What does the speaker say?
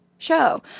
show